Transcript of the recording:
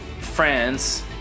france